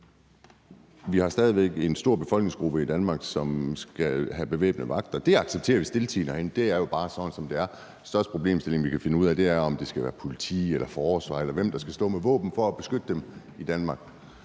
Vi har stadig væk en stor befolkningsgruppe i Danmark, som skal have bevæbnede vagter. Det accepterer vi stiltiende herinde; det er jo bare sådan, som det er. Den største problemstilling, vi kan finde ud af at vende, er, om det skal være politi eller forsvar, eller hvem der skal stå med våben for at beskytte dem i Danmark.